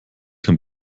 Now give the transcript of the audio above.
kein